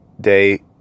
day